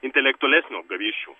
intelektualesnių apgavysčių